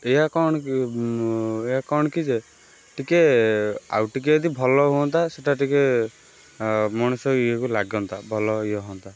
ଏହା କ'ଣ କି ଏହା କ'ଣ କି ଯେ ଟିକେ ଆଉ ଟିକେ ଯଦି ଭଲ ହୁଅନ୍ତା ସେଇଟା ଟିକେ ମଣିଷ ଇଏ କୁ ଲାଗନ୍ତା ଭଲ ଇଏ ହଅନ୍ତା